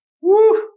Woo